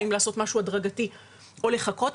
האם לעשות משהו הדרגתי או לחכות.